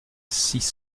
six